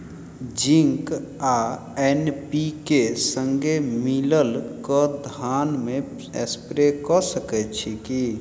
Zinc आ NPK, संगे मिलल कऽ धान मे स्प्रे कऽ सकैत छी की?